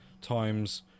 times